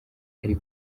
ari